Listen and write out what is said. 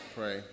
pray